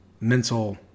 mental